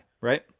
right